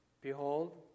Behold